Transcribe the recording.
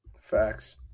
facts